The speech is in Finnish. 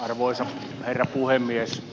arvoisa herra puhemies